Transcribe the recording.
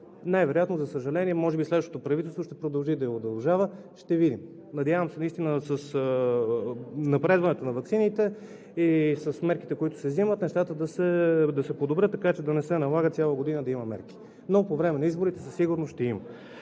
Най-вероятно, за съжаление, може би следващото правителство ще продължи да удължава. Ще видим. Надявам се наистина с напредването на ваксините и с мерките, които се взимат, нещата да се подобрят, така че да не се налага цяла година да има мерки, но по време на изборите със сигурност ще има.